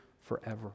forever